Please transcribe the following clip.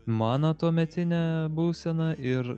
mano tuometinę būseną ir